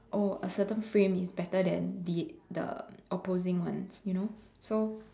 oh a certain frame is better than the the opposing ones you know